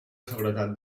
seguretat